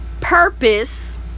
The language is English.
purpose